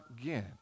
again